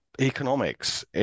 economics